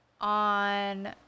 on